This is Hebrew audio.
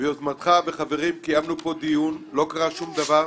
ביוזמתך וביוזמת חברים קיימנו פה דיון ולא קרה שום דבר.